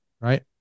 right